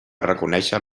reconèixer